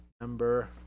number